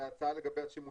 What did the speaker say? וההצעה לגבי השימושים?